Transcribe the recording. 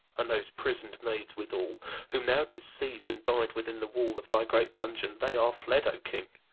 and those prisoned maids withal whom thou didst seize and bind within the wall of thy great dungeon, they are fled, o king.